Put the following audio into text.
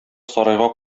сарайга